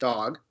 Dog